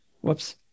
Whoops